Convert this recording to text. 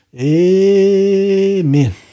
Amen